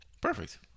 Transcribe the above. perfect